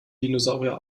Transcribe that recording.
dinosaurier